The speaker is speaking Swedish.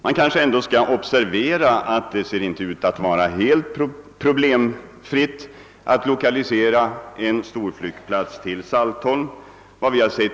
Det kanske ändå skall observeras att det inte ser ut att vara helt problemfritt att lokalisera en storflygplats till Saltholm.